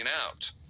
out